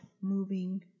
moving